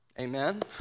Amen